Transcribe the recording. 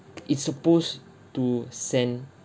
it's supposed to send